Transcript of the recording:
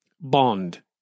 Bond